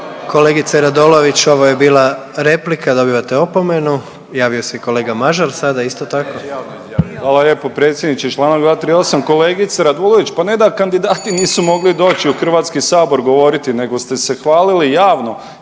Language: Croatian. Kolegice Radolović ovo je bila replika, dobivate opomenu. Javio se i kolega Mažar sada isto tako. **Mažar, Nikola (HDZ)** Hvala lijepo predsjedniče. Članak 238., kolegice Radulović pa ne da kandidati nisu mogli doći u Hrvatski sabor govoriti nego ste se hvalili javno